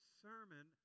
sermon